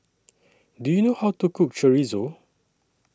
Do YOU know How to Cook Chorizo